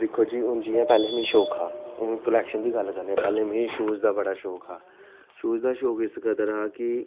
दिक्खो जी हून जि'यां पैह्लें मिगी शौक हा हून कलेक्शन दी गल्ल करने आं पैह्लें मिगी शूज़ दा बड़ा शौक हा शूज़ दा शौक इस कदर हा कि